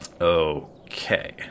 Okay